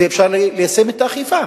אפשר ליישם את האכיפה.